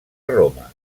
roma